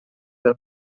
del